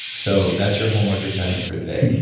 so that's your homework assignment for today.